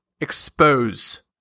expose